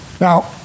Now